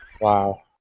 Wow